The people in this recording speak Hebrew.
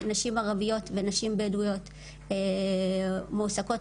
שנשים ערביות ובדואיות מועסקות